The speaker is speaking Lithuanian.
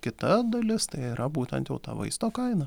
kita dalis tai yra būtent jau ta vaisto kaina